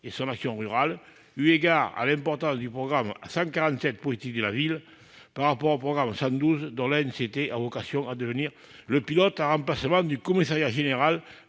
et son action rurale, eu égard à l'importance du programme 147, « Politique de la ville », par rapport au programme 112, dont l'ANCT a vocation à devenir le pilote, en remplacement du Commissariat général